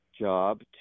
job